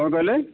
କଣ କହିଲେ